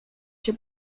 się